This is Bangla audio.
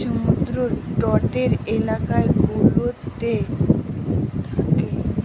সমুদ্র তটের এলাকা গুলোতে থাকে